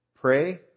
pray